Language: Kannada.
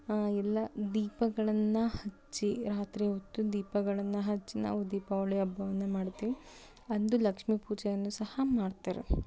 ಎಲ್ಲ ದೀಪಗಳನ್ನು ಹಚ್ಚಿ ರಾತ್ರಿ ಹೊತ್ತು ದೀಪಗಳನ್ನು ಹಚ್ಚಿ ನಾವು ದೀಪಾವಳಿ ಹಬ್ಬವನ್ನ ಮಾಡ್ತೀವಿ ಅಂದು ಲಕ್ಷ್ಮೀ ಪೂಜೆಯನ್ನು ಸಹ ಮಾಡ್ತಾರೆ